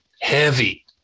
Heavy